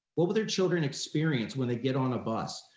what will their children experience when they get on a bus?